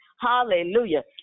Hallelujah